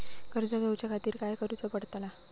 कर्ज घेऊच्या खातीर काय करुचा पडतला?